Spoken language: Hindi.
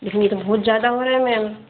लेकिन ये तो बहुत ज़्यादा हो रहा है मैम